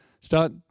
Start